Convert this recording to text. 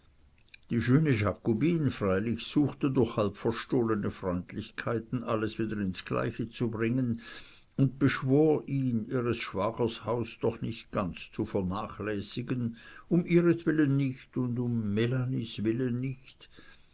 die schöne jacobine suchte freilich durch halbverstohlene freundlichkeiten alles wieder ins gleiche zu bringen und beschwor ihn ihres schwagers haus doch nicht ganz zu vernachlässigen um ihretwillen nicht und um melanies willen nicht